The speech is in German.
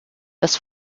das